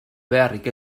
beharrik